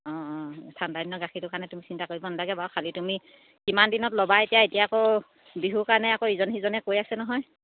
অঁ অঁ এই ঠাণ্ডা দিনৰ গাখীৰটোৰ কাৰণে তুমি চিন্তা কৰিব নালাগে বাৰু খালী তুমি কিমান দিনত ল'বা এতিয়া এতিয়া আকৌ বিহুৰ কাৰণে আকৌ ইজন সিজনে কৈ আছে নহয়